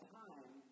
time